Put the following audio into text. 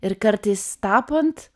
ir kartais tapant